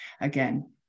again